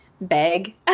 bag